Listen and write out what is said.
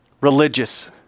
religious